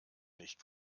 nicht